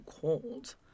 cold